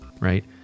right